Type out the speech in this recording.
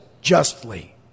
justly